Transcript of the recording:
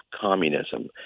communism